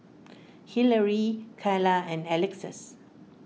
Hilary Kylah and Alexus